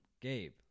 gabe